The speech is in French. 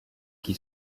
qui